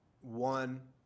one